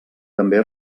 també